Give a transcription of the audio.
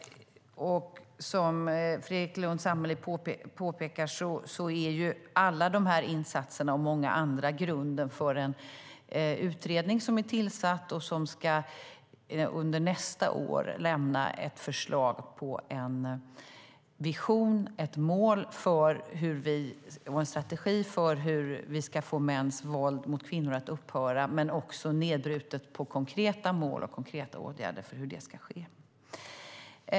Som Fredrik Lundh Sammeli påpekar är alla dessa insatser, och många andra, grunden för en utredning som är tillsatt och som under nästa år ska lämna ett förslag på en vision, ett mål och en strategi för hur vi ska få mäns våld mot kvinnor att upphöra. Det ska också vara nedbrutet i konkreta mål och konkreta åtgärder för hur det ska ske.